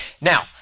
Now